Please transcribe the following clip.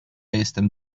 jestem